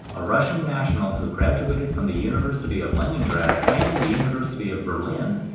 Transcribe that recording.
a russian national who graduated from the university of leningrad and university of berlin,